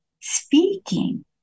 speaking